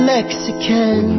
Mexican